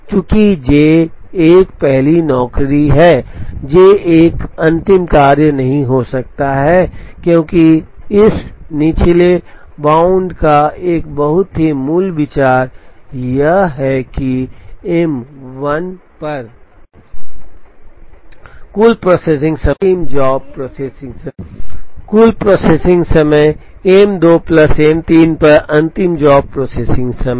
चूँकि J 1 पहली नौकरी है J 1 अंतिम कार्य नहीं हो सकता है क्योंकि इस निचले बाउंड का एक बहुत ही मूल विचार यह है कि M 1 पर कुल प्रोसेसिंग समय M 2 प्लस M 3 पर अंतिम जॉब प्रोसेसिंग समय